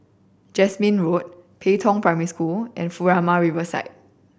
Jasmine Road Pei Tong Primary School and Furama Riverfront